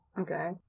okay